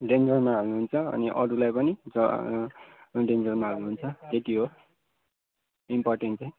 डेन्जरमा हाल्नु हुन्छ अनि अरूलाई पनि डेन्जरमा हाल्नु हुन्छ त्यति हो इम्पोर्टेन्ट चाहिँ